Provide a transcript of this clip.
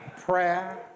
Prayer